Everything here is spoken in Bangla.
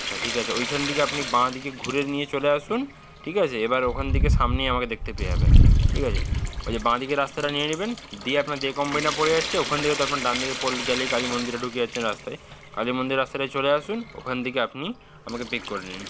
আচ্ছা ঠিক আছে ওইখান থেকে আপনি বাঁ দিকে ঘুরে নিয়ে চলে আসুন ঠিক আছে এবার ওখান থেকে সামনেই আমাকে দেখতে পেয়ে যাবেন ঠিক আছে ওই যে বাঁ দিকের রাস্তাটা নিয়ে নেবেন দিয়ে আপনার দে কম্পানিটা পড়ে যাচ্ছে ওখান থেকে তখন ডান দিকে পড়ে গেলেই কালী মন্দিরে ঢুকে যাচ্ছেন রাস্তায় কালী মন্দিরের রাস্তাটায় চলে আসুন ওখান থেকে আপনি আমাকে পিক করে নিন